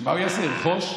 מה הוא יעשה, ירכוש?